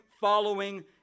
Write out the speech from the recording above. following